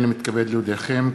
הנני מתכבד להודיעכם,